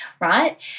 right